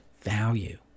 value